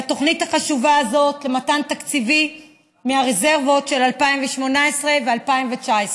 לתוכנית החשובה הזאת למתן תקציבים מהרזרבות של 2018 ו-2019.